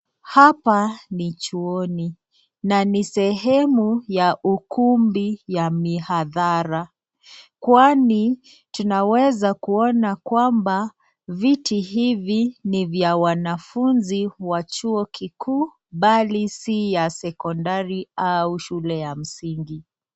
Hapa ni chuoni na ni sehemu ya ukumbi ya mihadhara, kwani tunaweza kuona kwamba viti hivi ni vya wanafunzi wa chuo kikuu bali si ya sekondari au shule ya msingi.